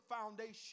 foundation